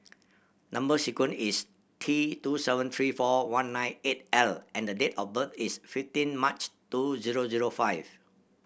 number sequence is T two seven three four one nine eight L and the date of birth is fifteen March two zero zero five